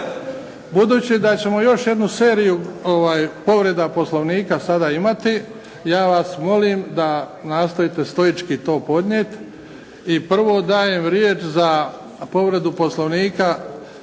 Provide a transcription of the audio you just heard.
Budući da ćemo još jednu seriju povreda Poslovnika sad imati. Ja vas molim da nastojite stojički to podnijeti. I prvo dajem riječ za povredu Poslovnika